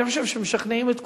אני חושב, משכנעים את כולם.